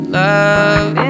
love